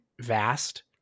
vast